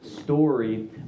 story